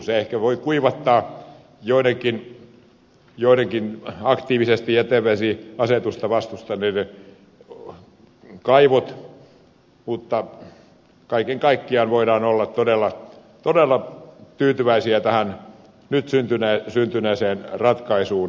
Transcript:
se ehkä voi kuivattaa joidenkin aktiivisesti jätevesiasetusta vastustaneiden kaivot mutta kaiken kaikkiaan voidaan olla todella tyytyväisiä tähän nyt syntyneeseen ratkaisuun